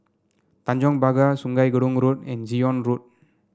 Tanjong Pagar Sungei Gedong Road and Zion Road